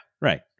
right